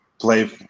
play